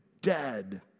dead